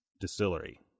Distillery